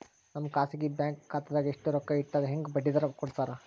ನಮ್ಮ ಖಾಸಗಿ ಬ್ಯಾಂಕ್ ಖಾತಾದಾಗ ಎಷ್ಟ ರೊಕ್ಕ ಇಟ್ಟರ ಹೆಂಗ ಬಡ್ಡಿ ದರ ಕೂಡತಾರಿ?